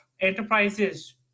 enterprises